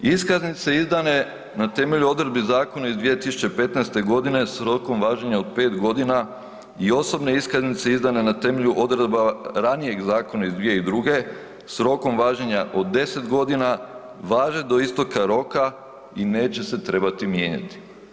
Iskaznice izdane na temelju odredbi zakona iz 2015. s rokom važenja od 5 godina i osobne iskaznice izdane na temelju odredaba ranijeg zakona iz 2002. s rokom važenja od 10 godina, važe do isteka roka i neće se trebati mijenjati.